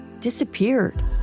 disappeared